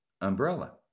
umbrella